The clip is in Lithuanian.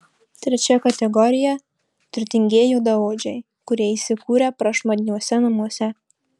trečia kategorija turtingieji juodaodžiai kurie įsikūrę prašmatniuose namuose